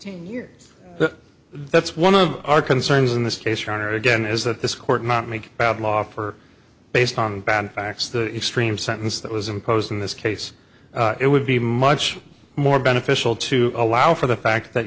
that that's one of our concerns in this case your honor again is that this court not make bad law for based on bad facts the extreme sentence that was imposed in this case it would be much more beneficial to allow for the fact that